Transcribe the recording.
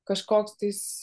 kažkoks tais